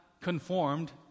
conformed